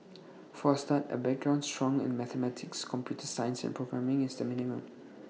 for A start A background strong in mathematics computer science and programming is the minimum